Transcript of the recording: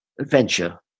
adventure